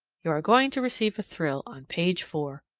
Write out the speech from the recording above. you are going to receive a thrill on page four.